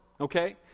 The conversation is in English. okay